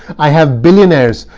i have billionaires.